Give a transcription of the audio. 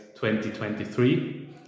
2023